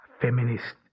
feminist